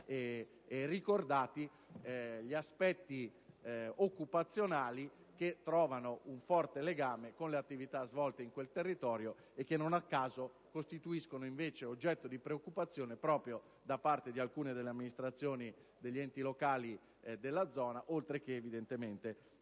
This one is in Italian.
e ricordati gli aspetti occupazionali, che trovano un forte legame con le attività svolte in quel territorio e che non a caso costituiscono invece oggetto di preoccupazione proprio da parte di alcune amministrazioni ed enti locali della zona, oltre che evidentemente